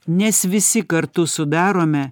nes visi kartu sudarome